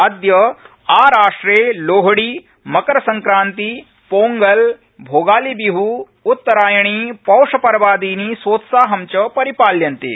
अदय आराष्ट्रे लोहड़ी मकरसंक्रान्ति पोंगल भोगाली बिह उत्तरायणी पौषपर्वादीनि सोत्साहं च परिपाल्यन्ते